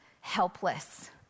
helpless